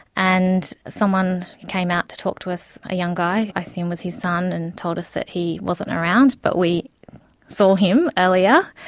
and someone came out to talk to us, a young guy, i assume it was his son, and told us that he wasn't around, but we saw him earlier,